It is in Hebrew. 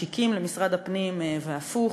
משיק למשרד הפנים והפוך,